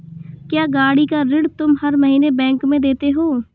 क्या, गाड़ी का ऋण तुम हर महीने बैंक में देते हो?